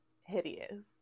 hideous